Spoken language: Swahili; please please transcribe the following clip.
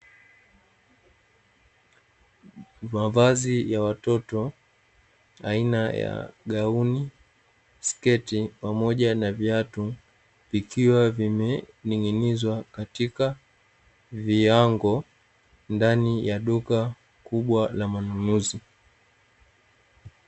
Mavazi ya watoto aina ya gauni, sketi pamoja na viatu, vikiwa vimening'inizwa katika viwango ndani ya duka kubwa la manunuzi.